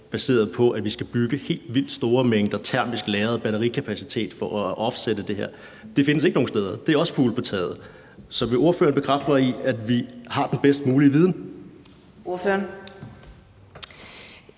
baseret på, at vi skal bygge helt vildt store mængder termisk lagret batterikapacitet for at opsætte det her. Det findes ikke nogen steder, så det er også fugle på taget. Så vil ordføreren bekræfte mig i, at vi har den bedst mulige viden? Kl.